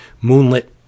moonlit